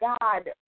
God